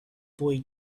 boy